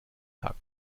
tag